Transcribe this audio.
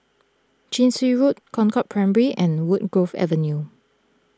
Chin Swee Road Concord Primary and Woodgrove Avenue